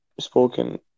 spoken